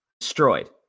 destroyed